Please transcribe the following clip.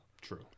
True